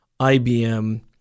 IBM